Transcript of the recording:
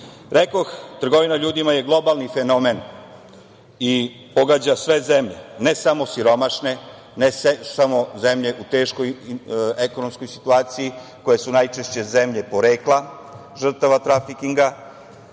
Rekoh, trgovina ljudima je globalni fenomen i pogađa sve zemlje, ne samo siromašne, ne samo zemlje u teškoj ekonomskoj situaciji koje su najčešće zemlje porekla žrtava trafikinga